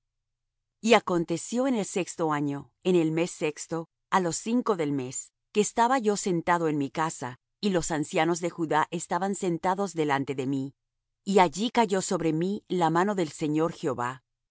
y acontecio en el sexto año en el mes sexto á los cinco del mes que estaba yo sentado en mi casa y los ancianos de judá estaban sentados delante de mí y allí cayó sobre mí la mano del señor jehová